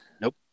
Nope